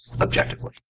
objectively